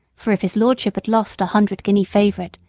for if his lordship had lost a hundred-guinea favorite,